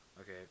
Okay